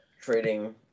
trading